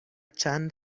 چند